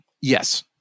Yes